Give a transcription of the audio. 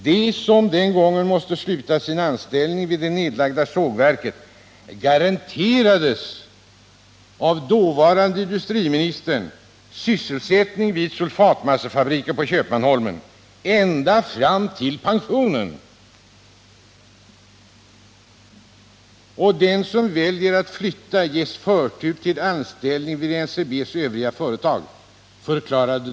De som den gången måste sluta sin anställning vid det nedlagda sågverket garanterades av dåvarande industriministern sysselsättning vid sulfatmassefabriken på Köpmanholmen ända fram till pensioneringen. Han förklarade att den som valde att flytta skulle ges förtur till anställning vid NCB:s övriga företag.